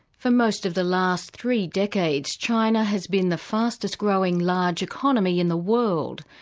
for most of the last three decades, china has been the fastest-growing large economy in the world.